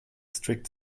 strict